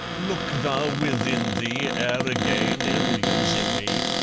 look thou within thee, ere again ill-using me.